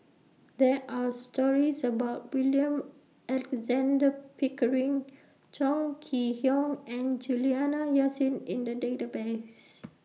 There Are stories about William Alexander Pickering Chong Kee Hiong and Juliana Yasin in The Database